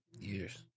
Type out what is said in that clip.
Years